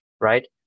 right